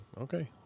Okay